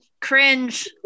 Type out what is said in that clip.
Cringe